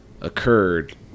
occurred